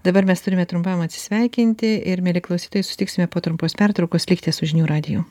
dabar mes turime trumpam atsisveikinti ir mieli klausytojai susitiksime po trumpos pertraukos likite su žinių radiju